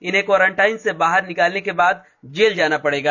इन्हें क्वॉरेंटाइन से बाहर निकलने के बाद जेल जाना पड़ेगा